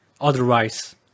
otherwise